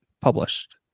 published